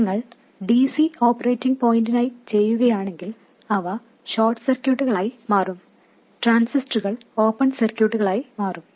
നിങ്ങൾ dc operating പോയിന്റിനായി ചെയ്യുകയാണെങ്കിൽ അവ ഷോർട്ട് സർക്യൂട്ടുകളായി മാറും കപ്പാസിറ്ററുകൾ ഓപ്പൺ സർക്യൂട്ടുകളായും മാറും